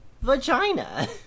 vagina